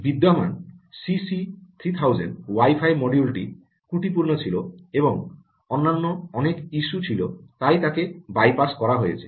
বিদ্যমান CC 3000 CC 3000 wifi মডিউলটি ত্রুটিপূর্ণ ছিল এবং অন্যান্য অনেক ইস্যু ছিল তাই তাকে বাইপাস করা হয়েছে